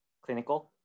clinical